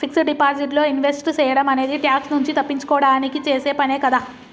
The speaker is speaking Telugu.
ఫిక్స్డ్ డిపాజిట్ లో ఇన్వెస్ట్ సేయడం అనేది ట్యాక్స్ నుంచి తప్పించుకోడానికి చేసే పనే కదా